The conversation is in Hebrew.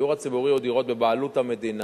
הדיור הציבורי הוא דירות בבעלות המדינה,